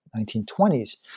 1920s